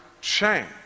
change